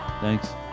Thanks